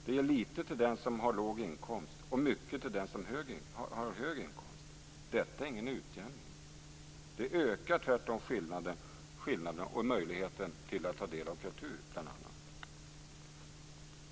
De ger lite till den som har låg inkomst och mycket till den som har hög inkomst. Detta är ingen utjämning. Det ökar tvärtom skillnaderna och möjligheterna till att ta del av bl.a.